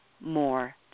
more